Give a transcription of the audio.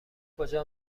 کجا